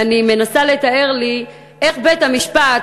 ואני מנסה לתאר לי איך בית-המשפט,